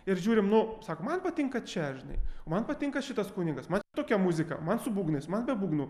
ir žiūrim nu sako man patinka čia žinai man patinka šitas kunigas man tokia muzika man su būgnais man be būgnų